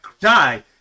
die